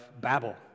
Babel